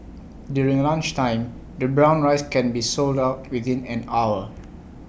during lunchtime the brown rice can be sold out within an hour